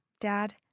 dad